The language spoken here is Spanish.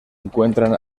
encuentran